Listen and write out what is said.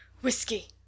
Whiskey